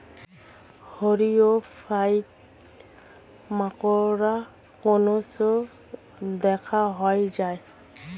ইরিও ফাইট মাকোর কোন শস্য দেখাইয়া যায়?